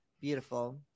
Beautiful